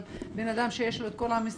אבל בן-אדם שיש לו את כל המסמכים,